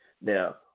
Now